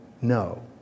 No